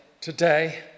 today